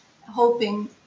hoping